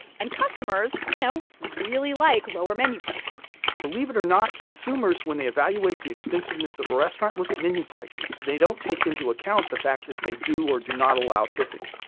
and customers, you know, really like lower menu prices believe it or not, consumers, when they evaluate the expensiveness of a restaurant, look at menu prices. they don't take into account the fact that they do or do not allow tipping.